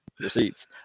Receipts